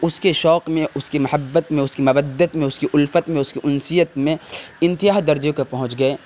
اس کے شوق میں اس کی محبت میں اس کی مودت میں اس کی الفت میں اس کی انسیت میں انتہا درجے تک پہنچ گئے